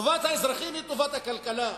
טובת האזרחים היא טובת הכלכלה,